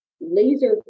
laser